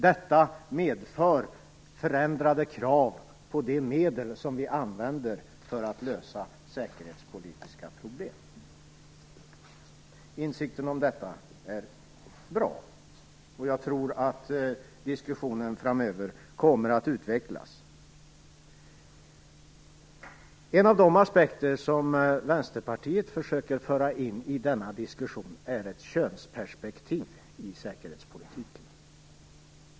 Detta medför förändrade krav på de medel som vi använder för att lösa säkerhetspolitiska problem. Insikten om detta är bra, och jag tror att diskussionen framöver kommer att utvecklas. En av de aspekter som Vänsterpartiet försöker föra in i denna diskussion är ett könsperspektiv i säkerhetspolitiken.